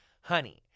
Honey